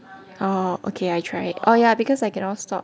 oh okay I try oh yeah because I cannot stop